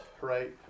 right